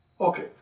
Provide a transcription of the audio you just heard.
Okay